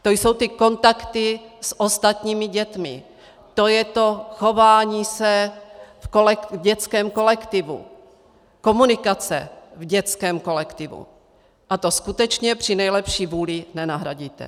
To jsou ty kontakty s ostatními dětmi a to je to chování se v dětském kolektivu, komunikace v dětském kolektivu, to skutečně při nejlepší vůli nenahradíte.